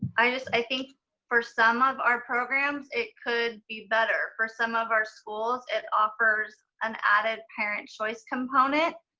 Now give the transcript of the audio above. i just, i think for some of our programs, it could be better for some of our schools. it offers an added parent choice component.